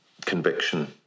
conviction